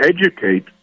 educate